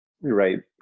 Right